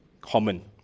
common